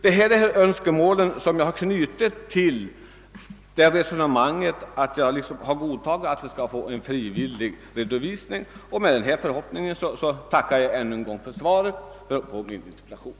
Det är dessa önskemål som jag har knutit till resonemanget om en frivillig redovisning, och med den förhoppningen tackar jag än en gång för svaret på min interpellation.